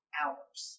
hours